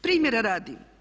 Primjera radi.